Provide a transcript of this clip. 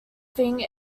thing